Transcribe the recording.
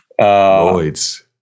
Lloyd's